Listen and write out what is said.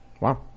Wow